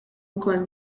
ukoll